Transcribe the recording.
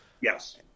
Yes